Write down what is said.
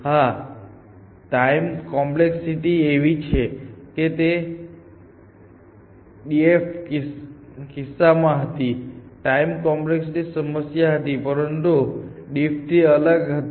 હા time complexity એવી છે કે તે DFID ના કિસ્સામાં હતી ટાઈમ કોમ્પ્લેક્સિટી સમસ્યા હતી પરંતુ DFID થી અલગ હતી